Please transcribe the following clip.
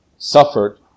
Suffered